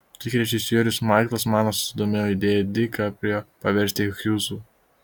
tik režisierius maiklas manas susidomėjo idėja di kaprijo paversti hjūzu